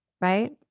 right